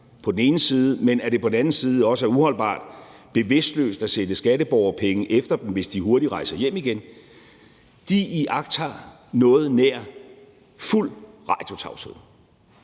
væk fra Danmark, men det på den anden side også er uholdbart bevidstløst at sende skatteborgerpenge efter dem, hvis de hurtigt rejser hjem igen, iagttager noget nær fuld radiotavshed.